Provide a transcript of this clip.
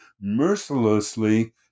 mercilessly